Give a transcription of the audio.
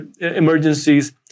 emergencies